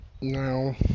Now